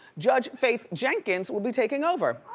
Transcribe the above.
judge faith jenkins will be taking over.